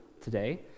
today